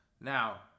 Now